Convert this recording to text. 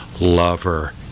lover